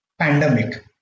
pandemic